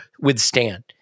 withstand